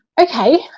okay